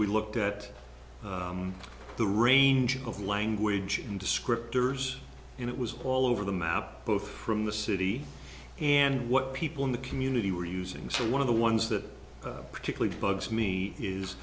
we looked at the range of language descriptors and it was all over the map both from the city and what people in the community were using so one of the ones that particularly bugs me is